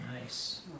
Nice